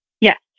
Yes